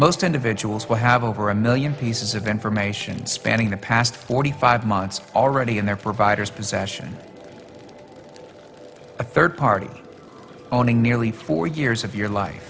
most individuals will have over a million pieces of information spanning the past forty five months already in their providers possession a third party owning nearly four years of your life